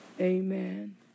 amen